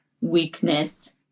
weakness